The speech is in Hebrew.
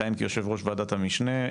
לכהן כיושב-ראש ועדת המשנה.